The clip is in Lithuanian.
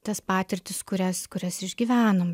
tas patirtis kurias kurias išgyvenom